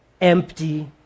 empty